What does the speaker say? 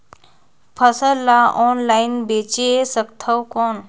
फसल ला ऑनलाइन बेचे सकथव कौन?